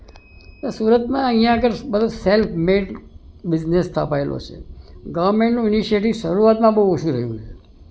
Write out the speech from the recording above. સુરતમાં અહીંયાં આગળ બધું સેલ્ફ મેડ બિઝનેસ સ્થપાયેલો છે ગવર્મેન્ટ ઇનીસીટી શરૂઆતમાં બહુ ઓછું રહ્યું છે